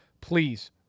Please